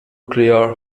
nuclear